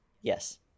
Yes